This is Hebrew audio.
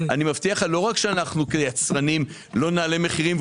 אני מבטיח לך שלא רק אנחנו כיצרנים לא נעלה מחירים,